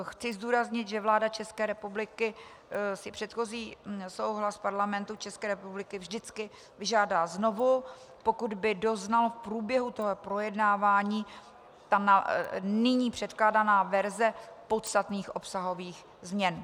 Chci zdůraznit, že vláda České republiky si předchozí souhlas Parlamentu České republiky vždycky vyžádá znovu, pokud by doznala v průběhu projednávání nyní předkládaná verze podstatných obsahových změn.